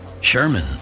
Sherman